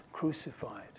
crucified